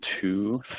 two